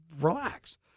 relax